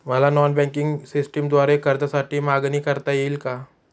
मला non banking सिस्टमद्वारे कर्जासाठी मागणी करता येईल का?